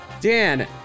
Dan